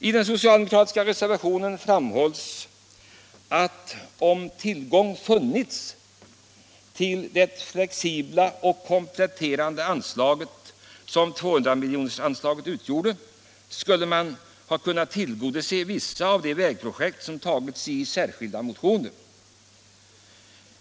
I den socialdemokratiska reservationen framhålls att om tillgång hade funnits till det flexibla och kompletterande instrument som 200-miljonersanslaget utgjorde skulle man ha kunnat tillgodose vissa av de vägprojekt som tagits upp i särskilda motioner.